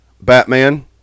Batman